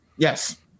Yes